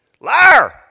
Liar